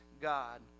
God